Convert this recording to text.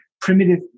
primitive